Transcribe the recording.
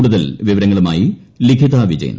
കൂടുതൽ വിവരങ്ങളുമായി ലിഖിത വിജയൻ